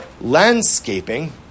landscaping